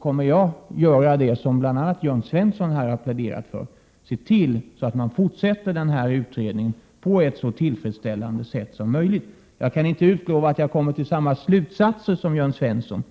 kommer i alla fall jag att göra det som bl.a. Jörn Svensson här pläderade för, nämligen att se till att man fortsätter denna utredning på ett så tillfredsställande sätt som möjligt. Jag kan inte utlova att jag skulle komma till samma slutsatser som Jörn Svensson.